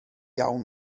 iawn